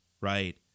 right